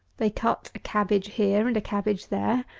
they cut a cabbage here and a cabbage there,